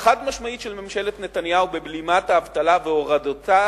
החד-משמעית של ממשלת נתניהו בבלימת האבטלה והורדתה